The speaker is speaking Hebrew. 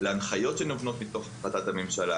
ועל ההנחיות שניתנות מתוך החלטת הממשלה.